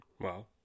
wow